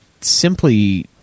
simply